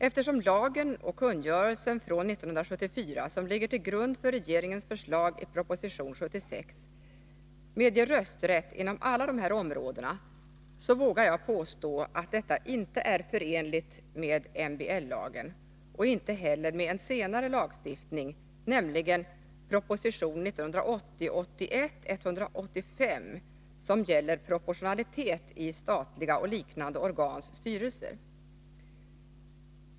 Eftersom lagen och kungörelsen från 1974, som ligger till grund för regeringens förslag i proposition 76, medger rösträtt inom alla de här områdena, vågar jag påstå att detta inte är förenligt med medbestämmandelagen och inte heller med en senare lagstiftning, nämligen den som föreslagits i proposition 1980/81:185, som gäller proportionalitet i statliga och liknande organs styrelser.